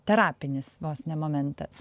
terapinis vos ne momentas